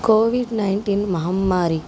Covid nineteen మహమ్మారి